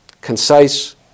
concise